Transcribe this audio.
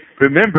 remember